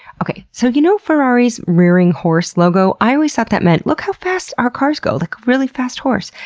okay, so you know ferrari's rearing horse logo? i always thought that meant, look how fast our cars go! like a really fast horse.